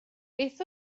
beth